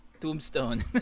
tombstone